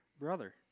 brother